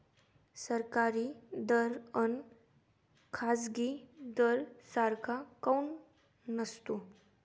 सरकारी दर अन खाजगी दर सारखा काऊन नसतो?